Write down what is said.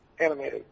animated